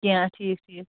کیٚنٛہہ ٹھیٖک ٹھیٖک